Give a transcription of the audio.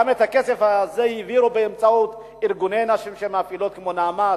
גם את הכסף הזה העבירו באמצעות ארגוני נשים כמו "נעמת",